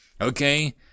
Okay